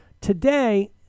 Today